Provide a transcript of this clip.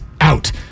out